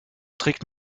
trägt